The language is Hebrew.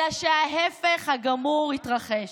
אלא שההפך הגמור התרחש: